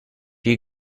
you